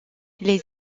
les